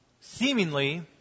seemingly